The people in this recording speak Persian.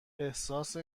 احساس